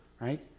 right